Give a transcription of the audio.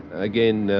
again,